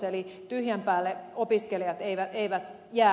eli tyhjän päälle opiskelijat eivät jää